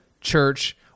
church